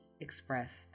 expressed